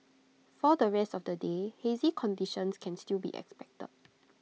for the rest of the day hazy conditions can still be expected